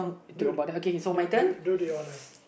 dude dude dude dude be honest